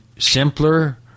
simpler